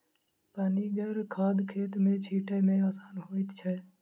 पनिगर खाद खेत मे छीटै मे आसान होइत छै